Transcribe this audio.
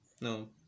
No